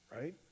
Right